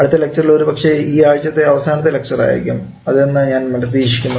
അടുത്ത ലെക്ചറിൽ ഒരുപക്ഷേ ഈ ആഴ്ചത്തെ അവസാനത്തെ ലക്ച്ചർ ആയിരിക്കും അതെന്നു ഞാൻ പ്രതീക്ഷിക്കുന്നു